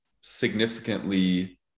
significantly